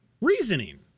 Reasoning